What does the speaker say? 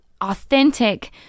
authentic